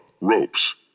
ropes